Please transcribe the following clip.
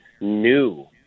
new